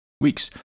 weeks